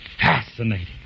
fascinating